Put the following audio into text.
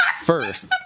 first